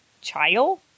Child